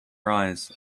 rise